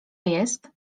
jest